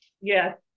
Yes